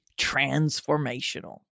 transformational